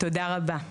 תודה רבה.